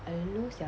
I dunno sia